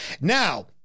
Now